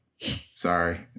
Sorry